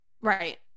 right